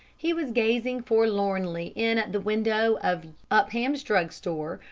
he was gazing forlornly in at the window of upham's drugstore,